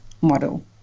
model